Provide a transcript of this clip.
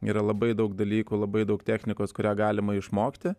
yra labai daug dalykų labai daug technikos kurią galima išmokti